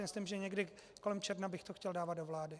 Myslím, že někdy kolem června bych to chtěl dávat do vlády.